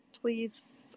please